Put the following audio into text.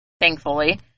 thankfully